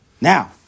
Now